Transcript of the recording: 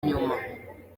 nyuma